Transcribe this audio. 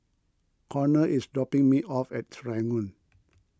Conner is dropping me off at Serangoon